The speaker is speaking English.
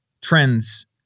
trends